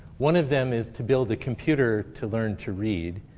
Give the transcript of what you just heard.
one of them is to build a computer to learn to read.